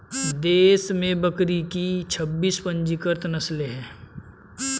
देश में बकरी की छब्बीस पंजीकृत नस्लें हैं